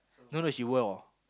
no no she wore